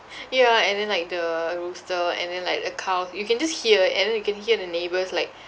yeah and then like the rooster and then like the cows you can just hear and then you can hear the neighbours like